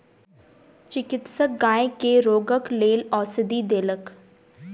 चिकित्सक गाय के रोगक लेल औषधि देलक